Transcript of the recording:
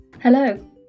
Hello